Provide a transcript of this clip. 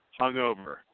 hungover